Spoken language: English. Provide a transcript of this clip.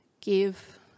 give